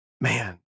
Man